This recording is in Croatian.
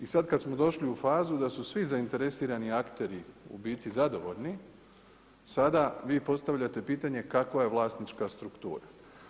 I sada kada smo došli u fazu da su svi zainteresirani akteri u biti zadovoljni, sada vi postavljate pitanje kakva je vlasnička struktura.